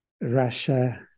Russia